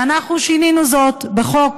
ואנחנו שינינו זאת בחוק,